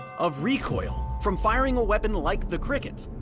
of recoil, from firing a weapon like the cricket.